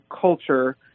culture